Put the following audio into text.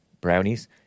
brownies